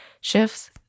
shifts